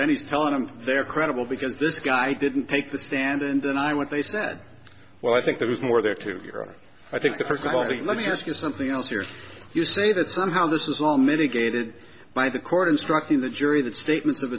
then he's telling them they're credible because this guy didn't take the stand and then i went they said well i think there was more there too i think the first got it let me ask you something else here you say that somehow this is all mitigated by the court instructing the jury that statements of